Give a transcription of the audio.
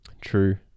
True